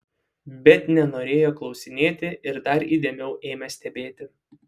bet nenorėjo klausinėti ir dar įdėmiau ėmė stebėti